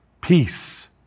Peace